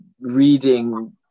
reading